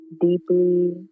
deeply